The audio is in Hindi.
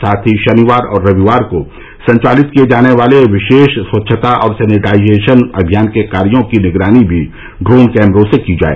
साथ ही शनिवार और रविवार को संचालित किए जाने वाले विशेष स्वच्छता और सैनिटाइजेशन अभियान के कार्यों की निगरानी भी ड्रोन कैमरों से की जाए